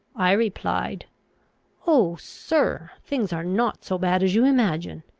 i replied oh, sir! things are not so bad as you imagine.